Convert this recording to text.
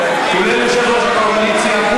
כולל יושב-ראש הקואליציה.